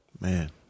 man